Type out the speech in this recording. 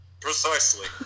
Precisely